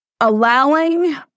allowing